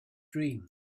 dreams